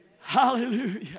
hallelujah